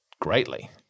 greatly